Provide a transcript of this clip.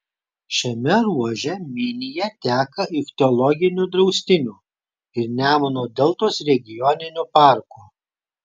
šiame ruože minija teka ichtiologiniu draustiniu ir nemuno deltos regioniniu parku